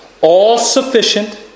all-sufficient